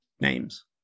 names